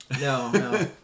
No